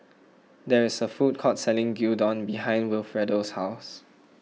there is a food court selling Gyudon behind Wilfredo's house